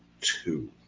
two